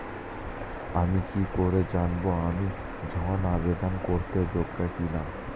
আমি কি করে জানব আমি ঋন আবেদন করতে যোগ্য কি না?